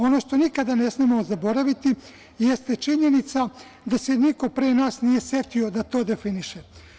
Ono što nikada ne smemo zaboraviti jeste činjenica da se niko pre nas nije setio da to definiše.